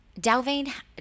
Dalveen